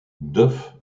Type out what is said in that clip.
duff